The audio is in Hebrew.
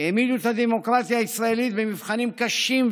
והעמידו את הדמוקרטיה הישראלית במבחנים קשים,